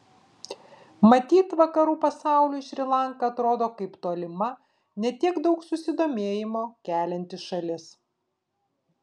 matyt vakarų pasauliui šri lanka atrodo kaip tolima ne tiek daug susidomėjimo kelianti šalis